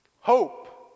hope